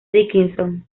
dickinson